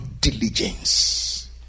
diligence